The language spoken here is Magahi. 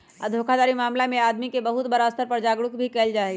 धोखाधड़ी मामला में आदमी के बहुत बड़ा स्तर पर जागरूक भी कइल जाहई